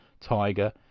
Tiger